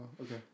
okay